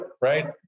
right